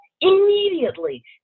immediately